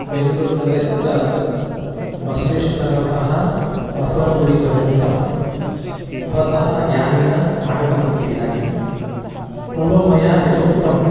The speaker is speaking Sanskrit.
बेङ्गलूरुनगरे अत्र बसवेश्वरनगरतः बसवनगुडिपर्यन्तं भवतः यानेन आगतमस्ति इदानीं पूर्वं मया यथोक्तं